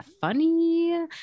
funny